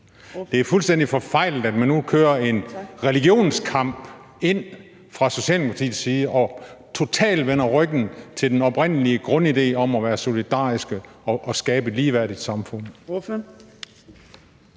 Det er fuldstændig forfejlet, at man nu kører en religionskamp ind fra Socialdemokratiets side og totalt vender ryggen til den oprindelige grundidé om at være solidarisk og skabe et ligeværdigt samfund.